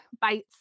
bites